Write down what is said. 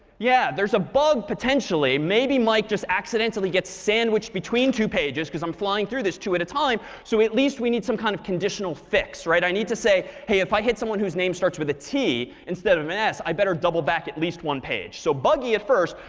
yeah. there's a bug potentially. maybe mike just accidentally gets sandwiched between two pages, because i'm flying through this two at a time. so at least we need some kind of conditional fix. i need to say, hey, if i hit someone whose name starts with a t instead of an s, i better double back at least one page. so buggy at first,